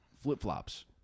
Flip-flops